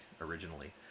originally